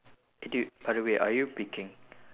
eh dude by the way are you peaking